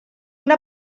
una